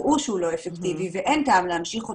הראו שהוא לא אפקטיבי ואין טעם להמשיך אותו,